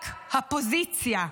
רק הפוזיציה.